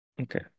okay